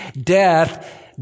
Death